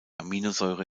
aminosäure